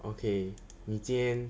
okay 你今天